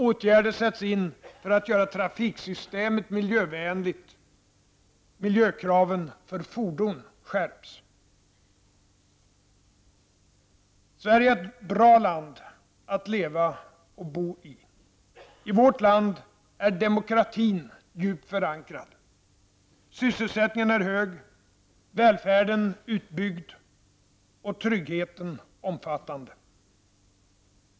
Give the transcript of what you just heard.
Åtgärder sätts in för att göra trafiksystemet miljövänligt. Miljökraven för fordon skärps. Sverige är ett bra land att leva och bo i. I vårt land är demokratin djupt förankrad. Sysselsättningen är hög, välfärden utbyggd och tryggheten omfattande.